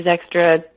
extra